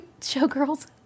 showgirls